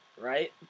right